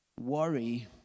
Worry